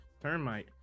termite